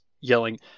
yelling